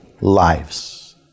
lives